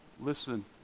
listen